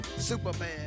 Superman